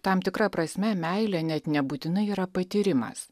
tam tikra prasme meilė net nebūtinai yra patyrimas